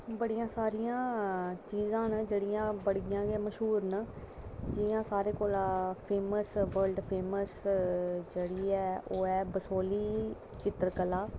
बड़ियां सारियां चीज़ां न जेह्ड़ियां बड़ियां गै मश्हूर न जियां साढ़े कोल फेमस ऐ वर्ल्ड फेमस जेह्ड़ी ऐ ओह् ऐ बसोह्ली दी चित्रकला